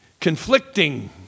conflicting